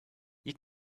you